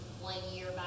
one-year